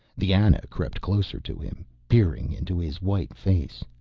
the ana crept closer to him, peering into his white face.